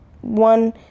one